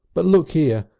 but look here!